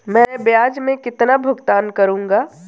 मैं ब्याज में कितना भुगतान करूंगा?